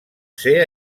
ser